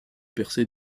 percé